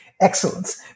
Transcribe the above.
excellence